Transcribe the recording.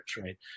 right